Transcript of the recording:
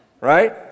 right